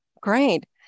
Great